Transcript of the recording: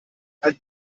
ein